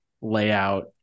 layout